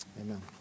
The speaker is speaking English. amen